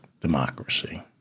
democracy